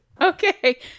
Okay